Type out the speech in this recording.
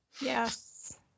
Yes